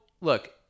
look